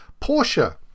Porsche